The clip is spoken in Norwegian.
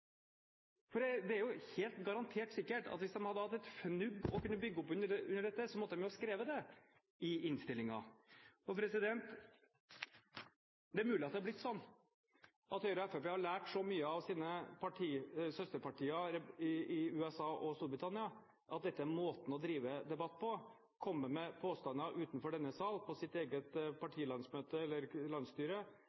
innstillingen! For det er jo garantert sikkert at hvis de hadde hatt et fnugg til å kunne bygge opp under dette, så måtte de jo ha skrevet det i innstillingen. Det er mulig at det er blitt slik at Høyre og Fremskrittspartiet har lært så mye av sine søsterpartier i USA og Storbritannia, at dette er måten å drive debatt på – å komme med påstander utenfor denne sal, på sitt eget